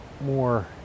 more